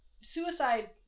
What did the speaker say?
Suicide